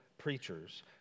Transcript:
Preachers